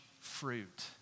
fruit